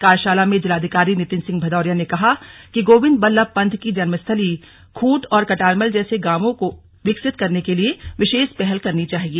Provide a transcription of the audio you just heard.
कार्यशाला में जिलाधिकारी नितिन सिंह भदौरिया ने कहा कि गोविंद बल्लभ पंत की जन्मस्थली खूंट और कटारमल जैसे ग्रामों को विकसित करने के लिए विशेष पहल करनी चाहिए